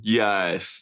yes